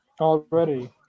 Already